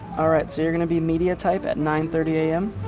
all right, so you're going to be media type at nine thirty am.